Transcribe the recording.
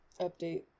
update